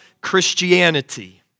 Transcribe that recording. Christianity